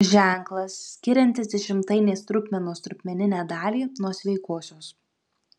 ženklas skiriantis dešimtainės trupmenos trupmeninę dalį nuo sveikosios